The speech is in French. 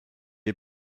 est